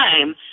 time